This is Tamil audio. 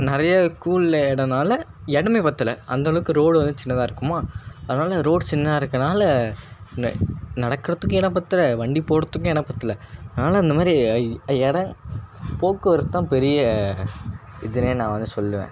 நிறைய கூல்ல இடன்னால இடமே பத்தலை அந்தளவுக்கு ரோடு வந்து சின்னதாக இருக்குமா அதனால் ரோடு சின்னதாக இருக்கதனால ந நடக்குறதுக்கும் இடம் பத்தலை வண்டி போகிறதுக்கும் இடம் பத்தலை அதனால் இந்தமாதிரி இடம் போக்குவரத்துதான் பெரிய இதுன்னே நான் வந்து சொல்லுவேன்